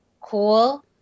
cool